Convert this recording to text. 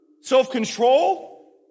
Self-control